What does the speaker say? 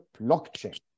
blockchain